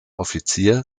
offizier